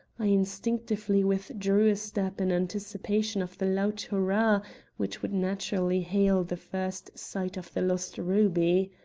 i instinctively withdrew a step in anticipation of the loud hurrah which would naturally hail the first sight of the lost ruby.